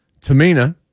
Tamina